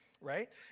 right